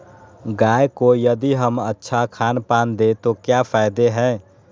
गाय को यदि हम अच्छा खानपान दें तो क्या फायदे हैं?